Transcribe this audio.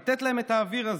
לתת להם את האוויר הזה.